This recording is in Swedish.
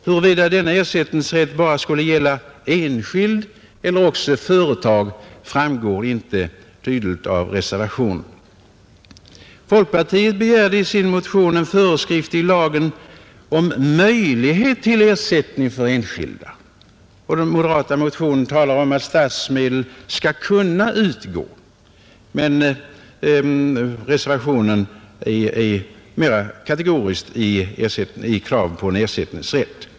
Huruvida denna ersättningsrätt bara skulle gälla enskild eller också företag framgår inte tydligt av reservationen. Folkpartiet begärde i sin motion en föreskrift i lagen om möjlighet till ersättning för enskilda, och den moderata motionen talar om att statsmedel skall kunna utgå, men reservationen är mera kategorisk i kravet på en ersättningsrätt.